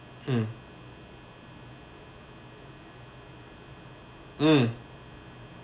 mm mm